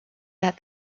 that